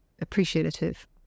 appreciative